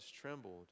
trembled